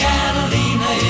Catalina